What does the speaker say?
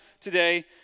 today